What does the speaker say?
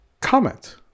comment